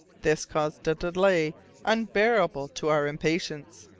this caused a delay unbearable to our impatience.